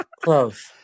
Close